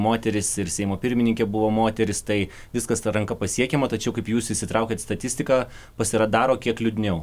moteris ir seimo pirmininkė buvo moterys tai viskas ta ranka pasiekiama tačiau kaip jūs įsitraukiat statistiką pasiradaro kiek liūdniau